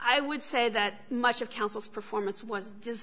i would say that much of counsel's performance was just